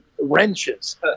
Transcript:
wrenches